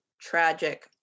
tragic